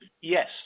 Yes